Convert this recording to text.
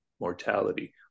mortality